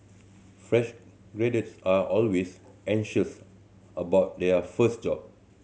fresh graduates are always anxious about their first job